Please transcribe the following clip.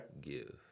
Give